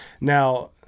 Now